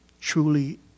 truly